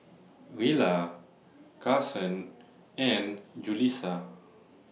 Rilla Carsen and Julissa